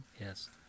Yes